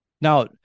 Now